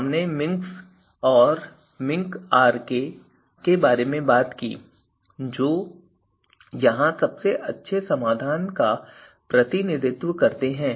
हमने मिंकस्क और मिंकआरके के बारे में बात की जो यहां सबसे अच्छे समाधान का प्रतिनिधित्व करते हैं